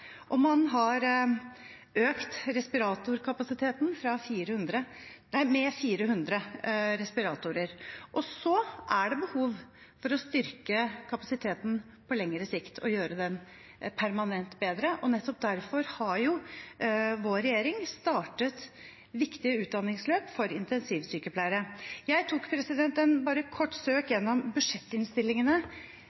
og man har økt respiratorkapasiteten med 400 respiratorer. Så er det behov for å styrke kapasiteten på lengre sikt og gjøre den permanent bedre. Nettopp derfor har vår regjering startet viktige utdanningsløp for intensivsykepleiere. Jeg tok et kort søk